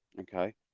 Okay